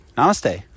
Namaste